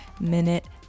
minute